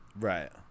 right